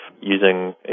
using